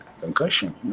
Concussion